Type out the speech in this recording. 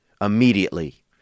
immediately